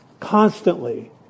Constantly